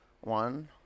One